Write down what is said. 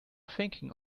thinking